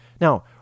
Now